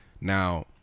Now